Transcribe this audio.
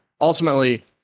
Ultimately